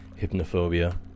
Hypnophobia